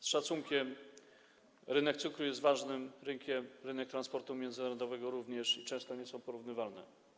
Z szacunkiem powiem: rynek cukru jest ważnym rynkiem, rynek transportu międzynarodowego również i często nie są one porównywalne.